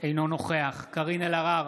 אינו נוכח קארין אלהרר,